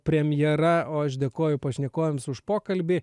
premjera o aš dėkoju pašnekovėms už pokalbį